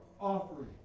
offering